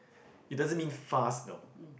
it doesn't mean fast no